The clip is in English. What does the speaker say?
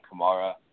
Kamara